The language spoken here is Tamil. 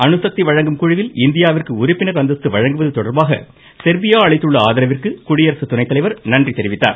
அணுசக்தி வழங்கும் குழுவில் இந்தியாவிற்கு உறுப்பினர் அந்தஸ்து வழங்குவது தொடர்பாக செர்பியா அளித்துள்ள ஆதரவுக்கு குடியரசு துணை தலைவர் நன்றி தெரிவித்தார்